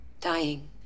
Dying